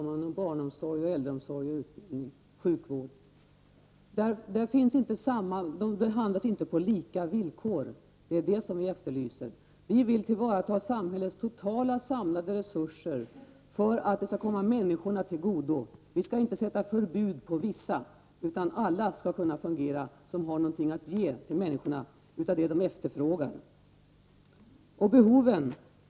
De finns inom barnomsorg, äldreomsorg och sjukvård. Man behandlas inte på lika villkor, och det är det vi efterlyser. Vi moderater vill tillvarata samhällets totala samlade resurser för att de skall komma människorna till godo. Vi skall inte uppställa förbud för vissa utan alla som kan ge något av det människorna efterfrågar skall kunna fungera.